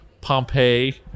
Pompeii